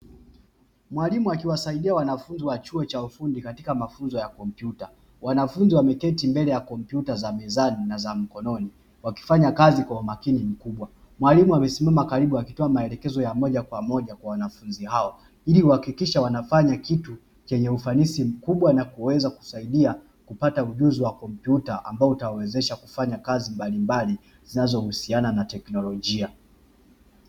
Mwalimu akiwasaidia wanafunzi wa chuo cha ufundi katika mafunzo ya kompyuta. Wanafunzi wameketi mbele ya kompyuta za mezani na za mkononi, wakifanya kazi kwa umakini mkubwa. Mwalimu amesimama karibu akitoa maelekezo ya moja kwa moja kwa wanafunzi hawa, ili kuhakikisha wanafanya kitu chenye ufanisi mkubwa na kuweza kusaidia kupata ujuzi wa kompyuta, ambao utawawezesha kufanya kazi mbalimbali zinazohusiana na teknolojia.